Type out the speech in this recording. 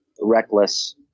Reckless